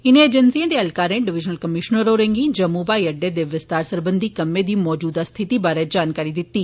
इनें एजेंसिएं दे ऐहलकारें डिवीजनल कमिशनर होरेंग्गी जम्मू ब्हाई अड्डे दे विस्तार सरबंधी कम्मै दी मौजूदा स्थिति बारै जानकारी दिती